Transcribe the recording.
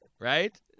right